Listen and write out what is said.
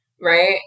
Right